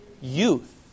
Youth